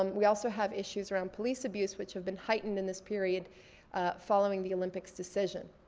um we also have issues around police abuse which have been heightened in this period following the olympics decision.